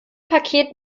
paket